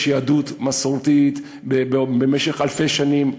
יש יהדות מסורתית במשך אלפי שנים.